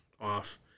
off